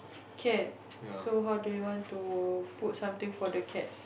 K so how do you want to put something for the cats